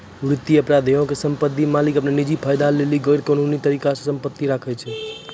वित्तीय अपराधो मे सम्पति मालिक अपनो निजी फायदा लेली गैरकानूनी तरिका से सम्पति राखै छै